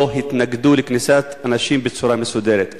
לא התנגדו לכניסת אנשים בצורה מסודרת.